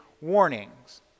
warnings